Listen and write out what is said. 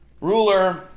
ruler